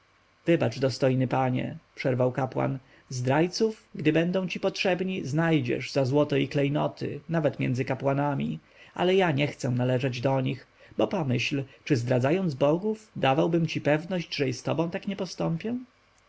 wybacz dostojny panie przerwał kapłan zdrajców gdy będą ci potrzebni znajdziesz za złoto i klejnoty nawet między kapłanami ale ja nie chcę należeć do nich bo pomyśl czy zdradzając bogów dawałbym ci pewność że i z tobą tak nie postąpię